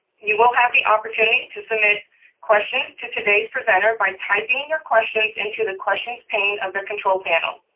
you will have the opportunity to submit questions to today's presenter by typing your questions into the questions pane of the control panel.